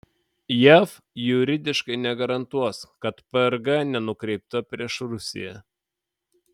jav juridiškai negarantuos kad prg nenukreipta prieš rusiją